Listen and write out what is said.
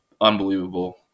unbelievable